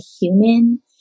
human